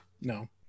no